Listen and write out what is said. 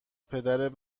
پدر